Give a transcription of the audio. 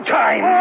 time